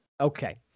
Okay